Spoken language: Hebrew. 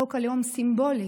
חוק הלאום סימבולי,